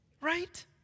Right